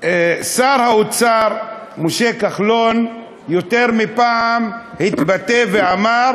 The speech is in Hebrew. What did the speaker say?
שר האוצר משה כחלון יותר מפעם התבטא ואמר: